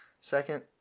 Second